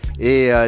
et